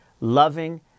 loving